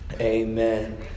Amen